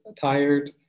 tired